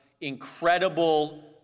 incredible